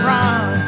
Run